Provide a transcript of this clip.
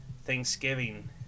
thanksgiving